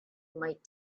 might